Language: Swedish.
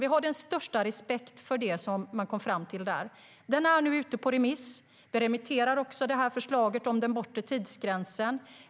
Vi har den största respekten för vad man kom fram till i den. Den är nu ute på remiss. Vi remitterar också det här förslaget om den bortre tidsgränsen.